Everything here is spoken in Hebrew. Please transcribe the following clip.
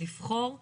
לבחור ולהיבחר.